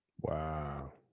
Wow